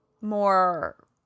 more